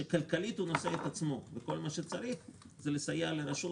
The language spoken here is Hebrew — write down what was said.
שכלכלית הוא נושא את עצמו וכל מה שצריך הוא לסייע לרשות